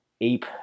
ape